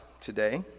today